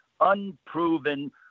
Unproven